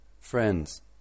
Friends